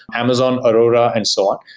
amazon aurora and so on.